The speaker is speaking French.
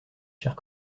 chers